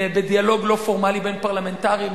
בדיאלוג לא פורמלי בין פרלמנטרים,